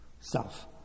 self